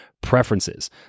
preferences